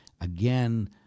again